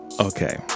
okay